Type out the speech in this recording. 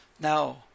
Now